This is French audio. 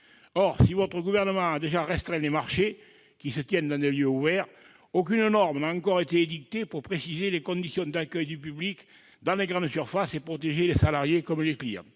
Si votre gouvernement a déjà restreint la tenue des marchés en lieux ouverts, aucune norme n'a encore été édictée pour préciser les conditions d'accueil du public dans les grandes surfaces et protéger les salariés comme les clients.